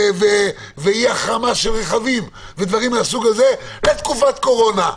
אי-החרמה של רכבים ודברים מהסוג הזה לתקופת קורונה.